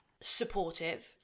supportive